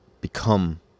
Become